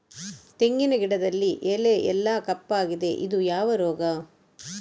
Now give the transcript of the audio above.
ತೆಂಗಿನ ಗಿಡದಲ್ಲಿ ಎಲೆ ಎಲ್ಲಾ ಕಪ್ಪಾಗಿದೆ ಇದು ಯಾವ ರೋಗ?